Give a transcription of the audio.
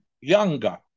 younger